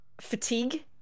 Fatigue